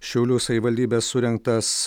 šiaulių savivaldybės surengtas